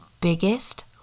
biggest